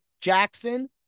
Jackson